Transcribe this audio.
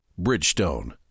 Bridgestone